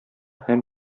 һәм